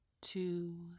two